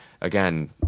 Again